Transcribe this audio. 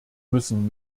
müssen